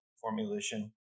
formulation